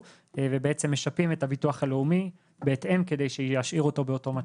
ובעצם משפים את הביטוח הלאומי בהתאם כדי שישאיר אותו באותו מצב.